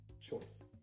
choice